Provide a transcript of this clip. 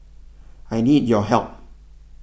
I need your help